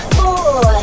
four